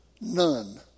None